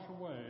away